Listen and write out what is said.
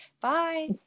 Bye